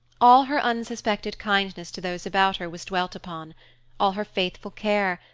all her unsuspected kindness to those about her was dwelt upon all her faithful care,